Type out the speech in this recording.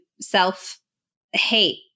self-hate